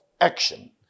action